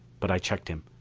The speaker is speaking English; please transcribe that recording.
but i checked him.